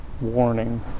warning